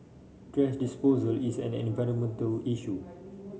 thrash disposal is an environmental issue